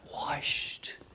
washed